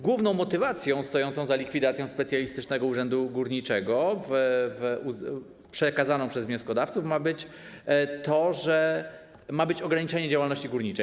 Główną motywacją stojącą za likwidacją Specjalistycznego Urzędu Górniczego, przekazaną przez wnioskodawców, ma być to, że ma być ograniczenie działalności górniczej.